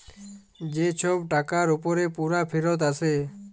যে ছব টাকার উপরে পুরা ফিরত আসে